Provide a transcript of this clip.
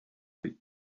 might